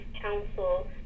Council